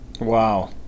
wow